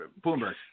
Bloomberg